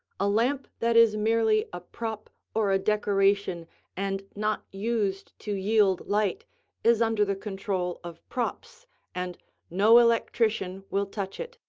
a lamp that is merely a prop or a decoration and not used to yield light is under the control of props and no electrician will touch it.